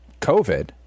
COVID